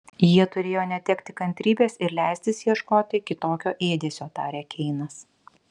jie turėjo netekti kantrybės ir leistis ieškoti kitokio ėdesio tarė keinas